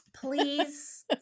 please